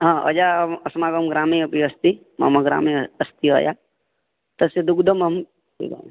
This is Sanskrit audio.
अजा अस्माकं ग्रामे अपि अस्ति मम ग्रामे अस्ति अजा तस्याः दुग्धम् अहं पिबामि